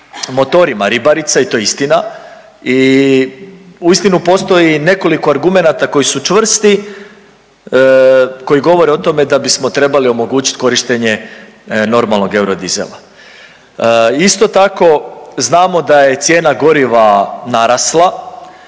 motorima ribarica i to je istina i uistinu postoji i nekoliko argumenata koji su čvrsti, koji govore o tome da bismo trebali omogućiti korištenje normalnog eurodizela. Isto tako, znamo da je cijena goriva narasla,